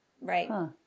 Right